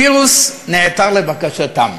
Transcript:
פירוס נעתר לבקשתם,